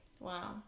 Wow